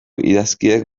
idazkiek